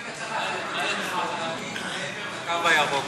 היית צריך לעשות תיקון אחד ולהגיד: מעבר לקו הירוק,